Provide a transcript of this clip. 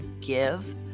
give